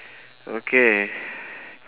okay